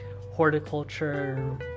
horticulture